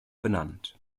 benannt